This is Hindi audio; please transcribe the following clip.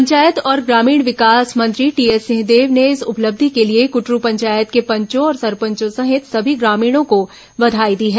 पंचायत और ग्रामीण विकास मंत्री टीएस सिंहदेव ने इस उपलब्धि के लिए कुटरु पंचायत के पंचों और सरपंच सहित सभी ग्रामीणों को बधाई दी है